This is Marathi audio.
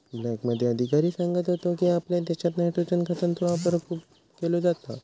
ब्लॉकमध्ये अधिकारी सांगत होतो की, आपल्या देशात नायट्रोजन खतांचो वापर खूप केलो जाता